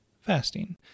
fasting